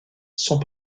sont